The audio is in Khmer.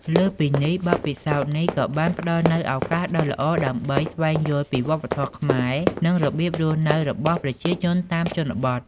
លើសពីនេះ បទពិសោធន៍នេះក៏បានផ្តល់នូវឱកាសដ៏ល្អដើម្បី ស្វែងយល់ពីវប្បធម៌ខ្មែរ និងរបៀបរស់នៅរបស់ប្រជាជនតាមជនបទ។